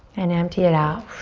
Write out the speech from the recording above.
and empty it out.